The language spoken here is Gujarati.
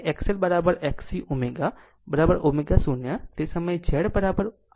કારણ કે જ્યારે તે સમયે XL XC ω ω0 તે સમયે Z બરાબર R હોય છે